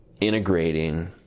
Integrating